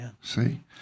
See